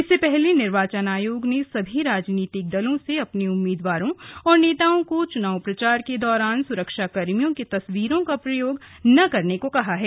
इससे पहले निवार्चन आयोग ने सभी राजनीतिक दलों से अपने उम्मीदवारों और नेताओं को चुनाव प्रचार के दौरान सुरक्षाकर्मियों की तस्वीरों का उपयोग न करने को कहा है